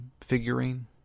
figurine